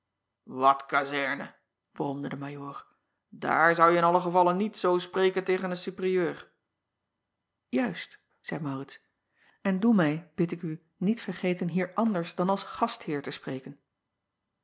kazerne bromde de ajoor dààr zouje in allen gevalle niet zoo spreken tegen een superieur acob van ennep laasje evenster delen uist zeî aurits en doe mij bid ik u niet vergeten hier anders dan als gastheer te spreken